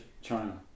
China